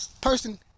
person